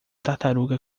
tartaruga